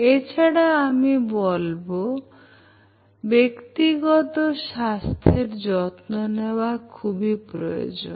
এছাড়া আমি বলবো ব্যক্তিগত স্বাস্থ্যের যত্ন নেওয়া খুবই প্রয়োজন